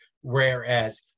whereas